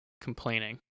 complaining